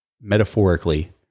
metaphorically